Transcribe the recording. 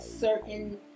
certain